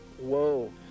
whoa